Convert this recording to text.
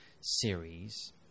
series